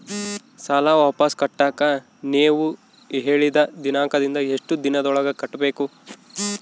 ಸಾಲ ವಾಪಸ್ ಕಟ್ಟಕ ನೇವು ಹೇಳಿದ ದಿನಾಂಕದಿಂದ ಎಷ್ಟು ದಿನದೊಳಗ ಕಟ್ಟಬೇಕು?